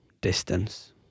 distance